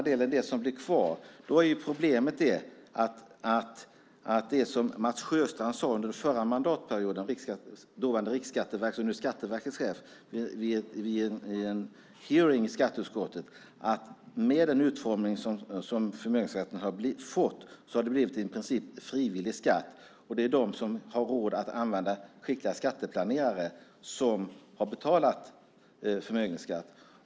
Det som är kvar är problemet som Mats Sjöstrand - dåvarande Riksskatteverkets och nu Skatteverkets chef - tog upp under förra mandatperioden vid en hearing i skatteutskottet. Med den utformning som förmögenhetsskatten har fått har den i princip blivit en frivillig skatt. Det är de som har råd att anlita skickliga skatteplanerare som har betalat förmögenhetsskatt.